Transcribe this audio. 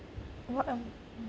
what else